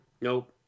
Nope